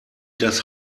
das